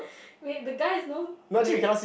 wait the guy has no wait